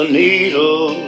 needle